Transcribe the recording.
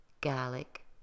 garlic